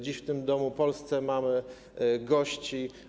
Dziś w tym domu, w Polsce, mamy gości.